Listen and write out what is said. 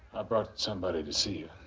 brought somebody to see you,